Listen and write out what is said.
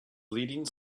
leading